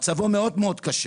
ומצבו מאוד קשה.